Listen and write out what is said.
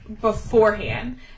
beforehand